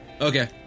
Okay